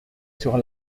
sur